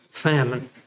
famine